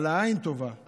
על עין טובה,